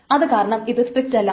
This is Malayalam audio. അത് കാരണം ഇത് സ്ട്രിക്റ്റല്ല